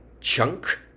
chunk